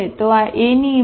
તો આ A ની ઈમેજ છે